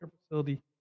facility